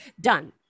done